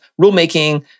rulemaking